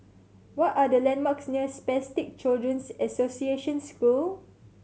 what are the landmarks near Spastic Children's Association School